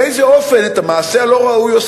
באיזה אופן עושים את המעשה הלא-ראוי.